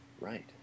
Right